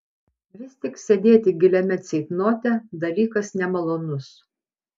vis tik sėdėti giliame ceitnote dalykas nemalonus